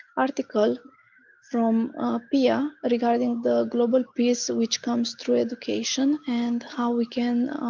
article from pia regarding the global peace which comes through education and how we can